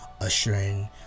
Ushering